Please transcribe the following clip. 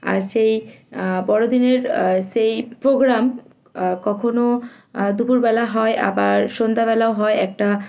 আর সেই বড়দিনের সেই প্রোগ্রাম কখনো দুপুরবেলা হয় আবার সন্ধ্যাবেলাও হয় একটা